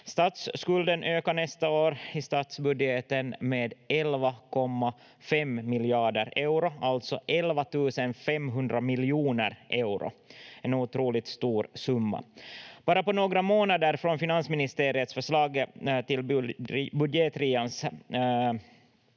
Statsskulden ökar nästa år i statsbudgeten med 11,5 miljarder euro, alltså 11 500 miljoner euro, en otroligt stor summa. Bara på några månader från finansministeriets förslag till budgetrians